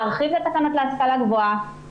להרחיב את התקנות להשכלה גבוהה.